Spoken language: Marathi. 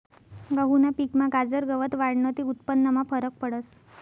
गहूना पिकमा गाजर गवत वाढनं ते उत्पन्नमा फरक पडस